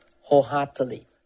wholeheartedly